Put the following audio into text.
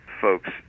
folks